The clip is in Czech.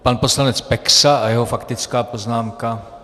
Pan poslanec Peksa a jeho faktická poznámka.